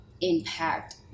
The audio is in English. impact